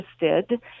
interested